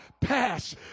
pass